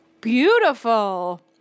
Beautiful